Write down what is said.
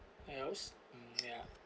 else mm ya